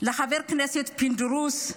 לחבר הכנסת פינדרוס,